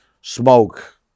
smoke